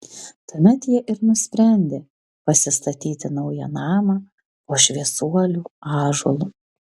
tuomet jie ir nusprendė pasistatyti naują namą po šviesuolių ąžuolu